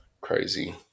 crazy